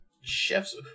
Chef's